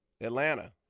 Atlanta